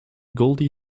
goldie